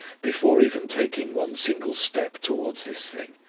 before even taking one single step towards this thing,